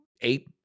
eight